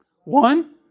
One